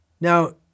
Now